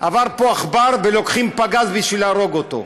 עבר פה עכבר, ולוקחים פגז בשביל להרוג אותו.